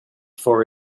for